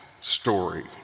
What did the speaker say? story